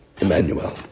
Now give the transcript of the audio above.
Emmanuel